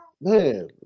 man